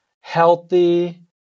healthy